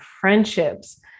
friendships